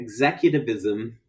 executivism